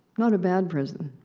not a bad prison.